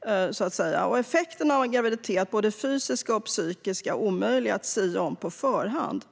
Både de fysiska och psykiska effekterna av en graviditet är omöjliga att sia om på förhand.